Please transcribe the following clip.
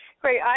Great